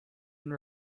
and